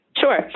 Sure